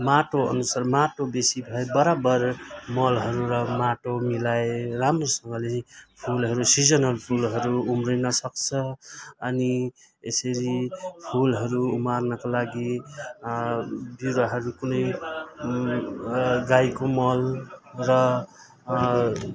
माटोअनुसार माटो बेसी भए बराबर मलहरू र माटो मिलाई राम्रोसँगले फुलहरू सिजनल फुलहरू उम्रिन सक्छ अनि यसरी फुलहरू उमार्नको लागि बिरुवाहरू कुनै र गाईको मल र